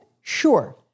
Sure